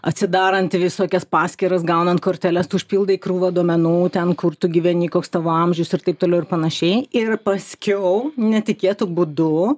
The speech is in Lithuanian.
atsidaranti visokias paskyras gaunant korteles tu užpildai krūvą duomenų ten kur tu gyveni koks tavo amžius ir taip toliau ir panašiai ir paskiau netikėtu būdu